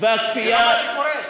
זה לא מה שקורה.